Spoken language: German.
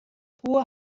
hohe